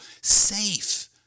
safe